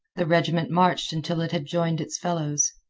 the regiment marched until it had joined its fellows.